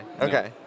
okay